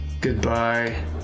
Goodbye